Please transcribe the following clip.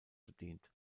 bedient